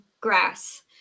grass